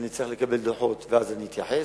אני צריך לקבל דוחות ואז אני אתייחס.